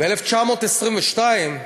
ב-1922,